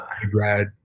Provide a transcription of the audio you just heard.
grad